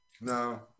No